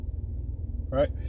Right